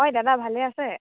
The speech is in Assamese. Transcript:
হয় দাদা ভালে আছে